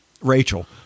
Rachel